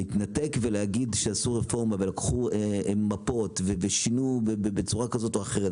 להתנתק ולהגיד שעשו רפורמה ולקחו מפות ושינו בצורה כזאת או אחרת,